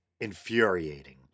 infuriating